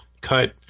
cut